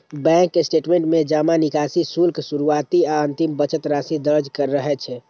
bank statement में जमा, निकासी, शुल्क, शुरुआती आ अंतिम बचत राशि दर्ज रहै छै